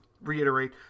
reiterate